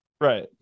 right